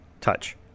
touch